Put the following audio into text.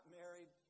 married